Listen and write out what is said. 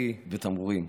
בכי ותמרורים.